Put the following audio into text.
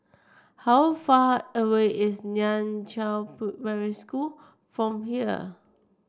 how far away is Nan Chiau Primary School from here